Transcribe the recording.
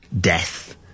death